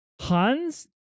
Hans